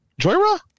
Joyra